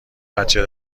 بچه